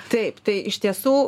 taip tai iš tiesų